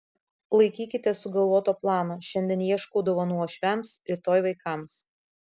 laikykitės sugalvoto plano šiandien ieškau dovanų uošviams rytoj vaikams